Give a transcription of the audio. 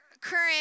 current